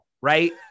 right